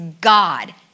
God